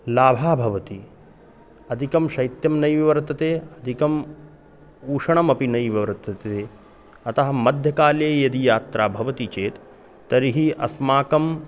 लाभः भवति अधिकं शैत्यं नैव वर्तते अधिकम् उष्णमपि नैव वर्तते अतः मध्यकाले यदि यात्रा भवति चेत् तर्हि अस्माकम्